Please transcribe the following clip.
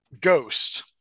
ghost